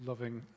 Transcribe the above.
Loving